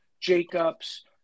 Jacobs